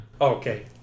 Okay